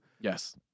Yes